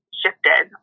shifted